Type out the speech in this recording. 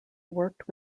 worked